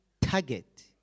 target